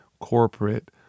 corporate